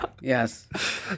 Yes